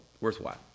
worthwhile